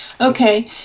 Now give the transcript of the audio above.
Okay